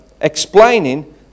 explaining